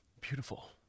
beautiful